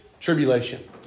tribulation